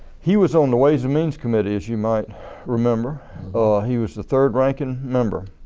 he was on the ways and means committee as you might remember he was the third ranking member.